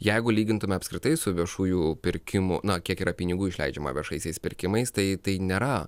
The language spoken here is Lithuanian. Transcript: jeigu lygintume apskritai su viešųjų pirkimų na kiek yra pinigų išleidžiama viešaisiais pirkimais tai tai nėra